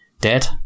dead